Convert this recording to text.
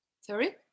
Sorry